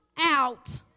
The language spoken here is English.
out